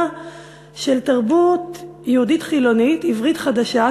של תרבות יהודית-חילונית עברית חדשה,